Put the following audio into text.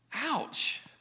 Ouch